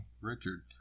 Richard